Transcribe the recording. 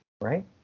right